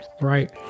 right